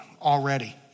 already